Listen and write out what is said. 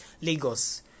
Lagos